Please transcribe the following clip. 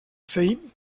sejm